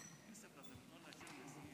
אדוני היושב-ראש,